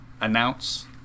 announce